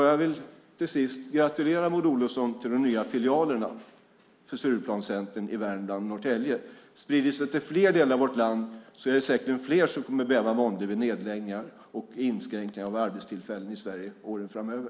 Jag vill till sist gratulera Maud Olofsson till de nya filialerna till Stureplanscentern i Värmland och Norrtälje. Sprider den sig till fler delar av vårt land är det säkerligen fler som kommer att bäva vid nedläggningar och inskränkningar av arbetstillfällen i Sverige åren framöver.